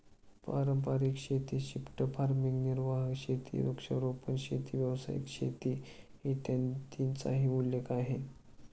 पारंपारिक शेती, shift farming, निर्वाह शेती, वृक्षारोपण शेती, व्यावसायिक शेती, इत्यादींचाही उल्लेख आहे